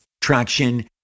traction